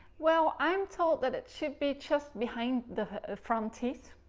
well i'm told that it should be just behind the front teeth.